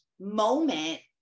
moment